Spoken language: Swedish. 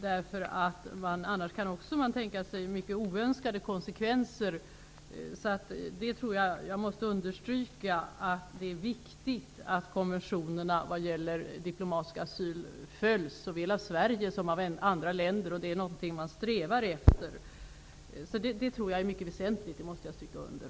Om man inte följer dem kan man tänka sig att det uppstår många oönskade konsekvenser. Det är viktigt att konventionerna vad gäller diplomatisk asyl följs såväl av Sverige som av andra länder. Det är någonting man strävar efter. Det tror jag är mycket väsentligt -- det måste jag stryka under.